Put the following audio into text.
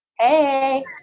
Hey